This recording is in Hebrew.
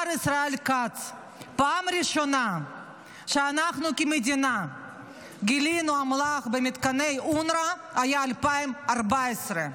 הפעם הראשונה שאנחנו כמדינה גילינו אמל"ח במתקני אונר"א הייתה ב-2014,